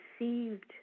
received